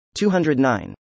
209